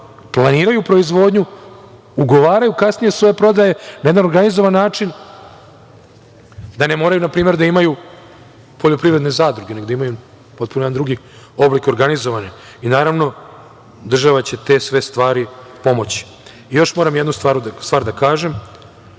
planiraju proizvodnju, ugovaraju kasnije svoje prodaje na jedan organizovan način, da ne moraju npr. da imaju poljoprivredne zadruge, nego da imaju potpuno jedan drugi oblik organizovanja. Naravno, država će te sve stvari pomoći. Još moram jednu stvar da kažem,